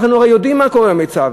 אנחנו הרי יודעים מה קורה במיצ"ב,